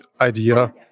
idea